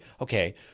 okay